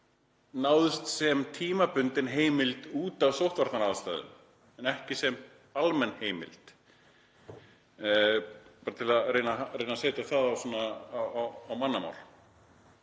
náðst sem tímabundin heimild út af sóttvarnaraðstæðum en ekki sem almenn heimild, bara til að reyna að koma þessu á mannamál.